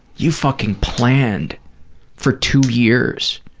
you fucking planned for two years.